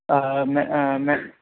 میں میں